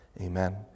amen